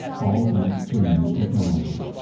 all thanks to a new technology,